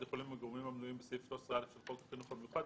יכולים הגורמים המנויים בסעיף 13(א) של חוק החינוך המיוחד,